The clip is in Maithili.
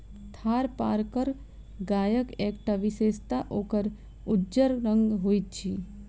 थारपारकर गायक एकटा विशेषता ओकर उज्जर रंग होइत अछि